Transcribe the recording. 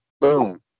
boom